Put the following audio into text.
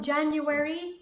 January